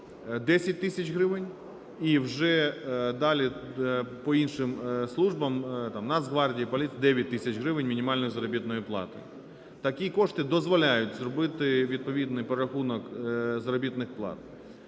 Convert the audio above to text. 10 тисяч гривень, і вже далі по іншим службам, там, Нацгвардії, поліції – 9 тисяч гривень мінімальна заробітна плата. Такі кошти дозволяють зробити відповідний перерахунок заробітних плат.